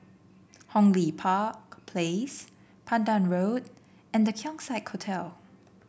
Hong Lee Park Place Pandan Road and The Keong Saik Hotel